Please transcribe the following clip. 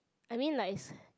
I mean like